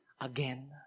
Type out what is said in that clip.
again